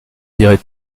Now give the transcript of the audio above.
direz